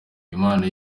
imana